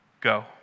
go